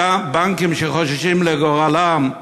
הבנקים, שחוששים לגורלם,